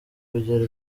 kugera